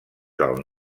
del